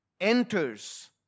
enters